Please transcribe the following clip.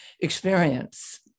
experience